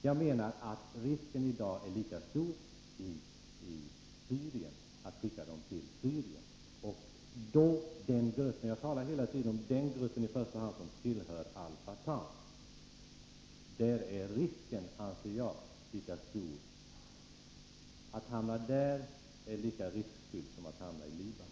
Jag menar att det i dag är en lika stor risk att skicka dem till Syrien. Jag talar hela tiden i första hand om den grupp som tillhör Al Fatah. Jag menar att det är lika riskfyllt för dem att hamna i Syrien som att hamna i Libanon.